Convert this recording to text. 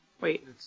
Wait